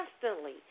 constantly